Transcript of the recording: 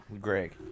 Greg